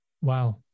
Wow